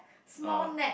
uh